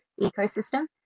ecosystem